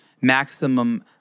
maximum